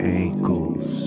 ankles